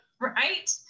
right